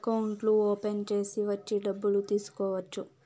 అకౌంట్లు ఓపెన్ చేసి వచ్చి డబ్బులు తీసుకోవచ్చు